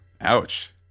Ouch